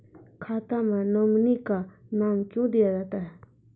खाता मे नोमिनी का नाम क्यो दिया जाता हैं?